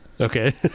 Okay